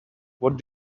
what